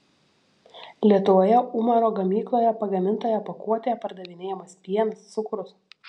lietuvoje umaro gamykloje pagamintoje pakuotėje pardavinėjamas pienas cukrus